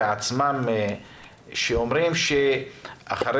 שאומרים שכאשר